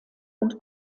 und